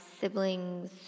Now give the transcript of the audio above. siblings